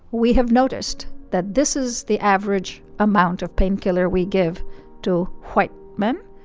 we have noticed that this is the average amount of pain killer we give to white men.